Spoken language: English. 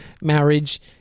marriage